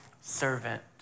servant